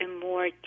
more